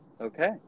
Okay